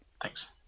Thanks